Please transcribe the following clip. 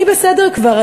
אני בסדר כבר,